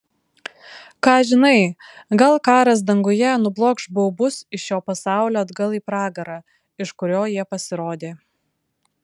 ką žinai gal karas danguje nublokš baubus iš šio pasaulio atgal į pragarą iš kurio jie pasirodė